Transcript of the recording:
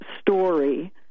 story